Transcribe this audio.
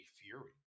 fury